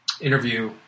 Interview